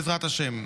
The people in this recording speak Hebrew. בעזרת השם.